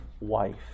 wife